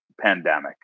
pandemic